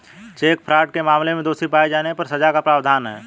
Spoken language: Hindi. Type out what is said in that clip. चेक फ्रॉड के मामले में दोषी पाए जाने पर सजा का प्रावधान है